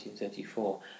1934